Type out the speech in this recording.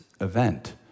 event